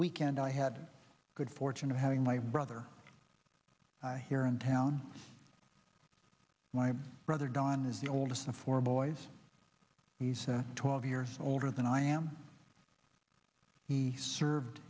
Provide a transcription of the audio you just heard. weekend i had good fortune of having my brother here in town my brother don is the oldest of four boys he's twelve years older than i am he served